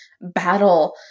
battle